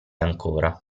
ancora